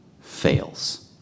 fails